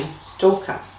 stalker